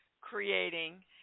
creating